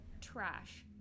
Trash